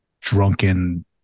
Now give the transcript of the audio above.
drunken